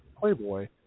Playboy